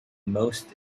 most